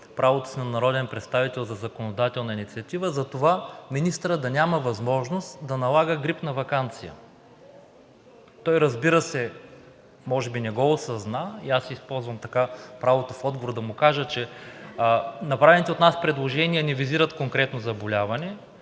правото си на народен представител за законодателна инициатива, за това министърът да няма възможност да налага грипна ваканция. Той, разбира се, може би не го осъзна и използвам правото в отговор да му кажа, че направените от нас предложения не визират конкретно заболяване,